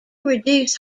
reduce